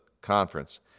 conference